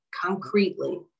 concretely